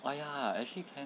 oh ya actually can